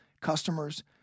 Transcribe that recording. customers